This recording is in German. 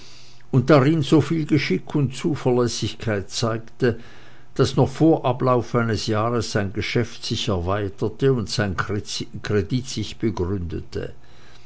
und darin so viel geschick und zuverlässigkeit zeigte daß noch vor ablauf eines jahres sein geschäft sich erweiterte und sein kredit sich begründete